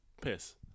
piss